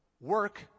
work